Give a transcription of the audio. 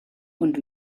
und